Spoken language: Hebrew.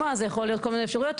זה יכול להיות כל מיני אפשרויות.